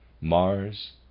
Mars